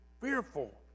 fearful